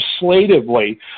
legislatively